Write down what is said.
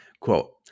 Quote